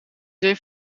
zee